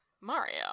Mario